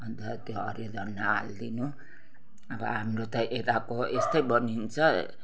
अन्त त्यो हरियो धनिया हाल्दिनु आबो हाम्रो ता यताको यस्तै बनिन्छ